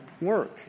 work